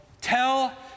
Tell